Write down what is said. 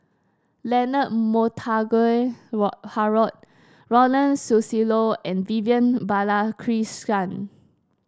Leonard Montague Wo Harrod Ronald Susilo and Vivian